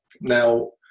Now